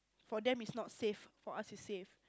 for them is not safe for us is safe